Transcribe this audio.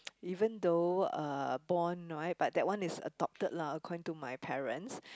even though uh born right but that one is adopted lah according to my parents